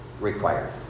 required